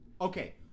Okay